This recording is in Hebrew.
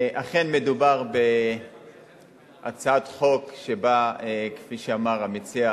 אכן מדובר בהצעת חוק שבאה כפי שאמר המציע,